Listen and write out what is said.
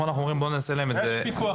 אנחנו אומרים שנעשה להם שנעשה להם את זה.